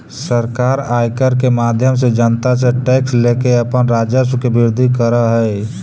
सरकार आयकर के माध्यम से जनता से टैक्स लेके अपन राजस्व के वृद्धि करऽ हई